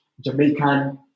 Jamaican